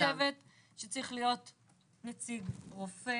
אני כן חושבת שצריך להיות נציג רופא.